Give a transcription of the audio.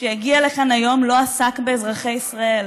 שיגיע לכאן היום לא עסק באזרחי ישראל.